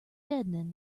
deadening